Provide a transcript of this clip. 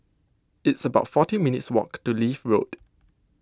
it's about forty minutes walk to Leith Road